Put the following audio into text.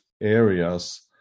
areas